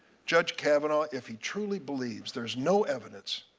judge kavanaugh, if he truly believes there is no evidence,